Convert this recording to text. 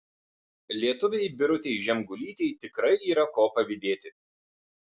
lietuvei birutei žemgulytei tikrai yra ko pavydėti